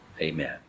amen